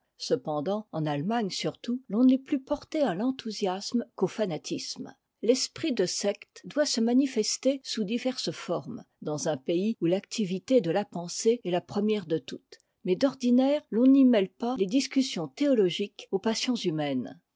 cependant en allemagne surtout l'on est plus porté à l'enthousiasme qu'au fanatisme l'esprit de secte doit se manifester sous diverses formes dans un pays où l'activité de la pensée est la première de toutes mais d'ordinaire l'on n'y mêle pas les discussions théoriques aux passions humaines